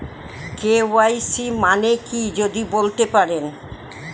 KYC মানে কি যদি বলতেন?